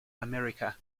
america